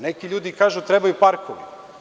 Neki ljudi kažu da trebaju parkovi.